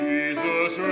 Jesus